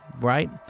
right